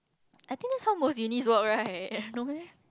I think that's how most Unis work right no meh